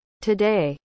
Today